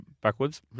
backwards